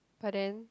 but then